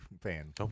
fan